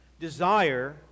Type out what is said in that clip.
desire